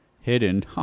hidden